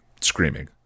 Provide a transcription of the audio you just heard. screaming